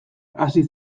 hasi